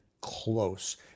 close